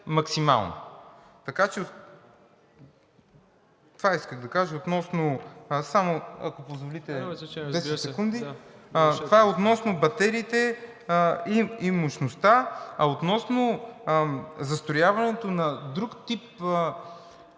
Това е относно батериите и мощността. А относно застрояването на друг тип